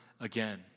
again